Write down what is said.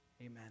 Amen